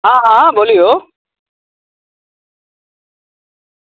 हँ फोन केलियै रऽ कहलहुॅं